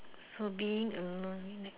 so being a